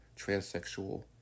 transsexual